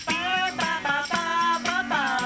Ba-ba-ba-ba-ba-ba